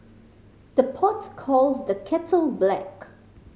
the pot calls the kettle black